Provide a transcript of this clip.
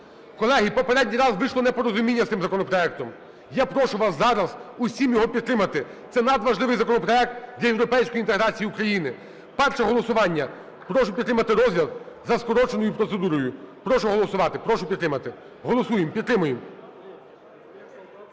Колеги, попередній раз вийшло непорозуміння з цим законопроектом. Я прошу вас зараз усім його підтримати. Це надважливий законопроект для європейської інтеграції України. Перше голосування. Прошу підтримати розгляд за скороченою процедурою. Прошу голосувати, прошу підтримати. Голосуємо, підтримуємо!